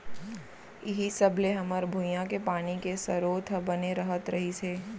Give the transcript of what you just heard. इहीं सब ले हमर भुंइया के पानी के सरोत ह बने रहत रहिस हे